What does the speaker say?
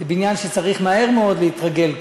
זה בניין שצריך מהר מאוד להתרגל בו.